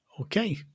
Okay